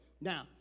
Now